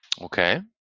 okay